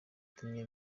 yatumye